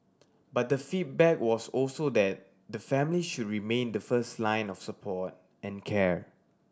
but the feedback was also that the family should remain the first line of support and care